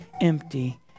empty